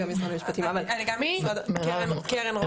אני גם ממשרד המשפטים, קרן רוט.